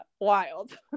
wild